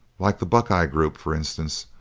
like the buckeye group, for instance,